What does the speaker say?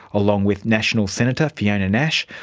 along with nationals senator fiona nash,